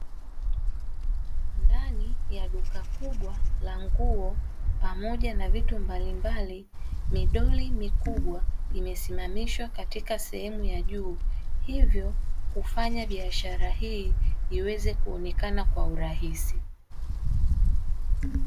Ndani ya duka kubwa la nguo pamoja na vitu mbalimbali, midoli mikubwa imesimamishwa katika sehemu ya juu, hivyo kufanya biashara hii iweze kuonekana kwa urahisi.